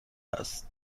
است